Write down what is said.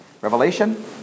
Revelation